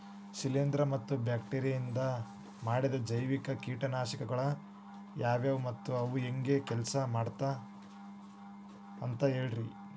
ಶಿಲೇಂಧ್ರ ಮತ್ತ ಬ್ಯಾಕ್ಟೇರಿಯದಿಂದ ಮಾಡಿದ ಜೈವಿಕ ಕೇಟನಾಶಕಗೊಳ ಯಾವ್ಯಾವು ಮತ್ತ ಅವು ಹೆಂಗ್ ಕೆಲ್ಸ ಮಾಡ್ತಾವ ಅಂತ ಹೇಳ್ರಿ?